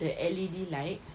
the L_E_D light